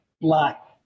black